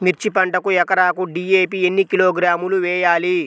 మిర్చి పంటకు ఎకరాకు డీ.ఏ.పీ ఎన్ని కిలోగ్రాములు వేయాలి?